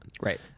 Right